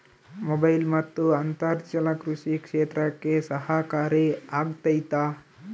Mobile ಮತ್ತು ಅಂತರ್ಜಾಲ ಕೃಷಿ ಕ್ಷೇತ್ರಕ್ಕೆ ಸಹಕಾರಿ ಆಗ್ತೈತಾ?